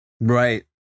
Right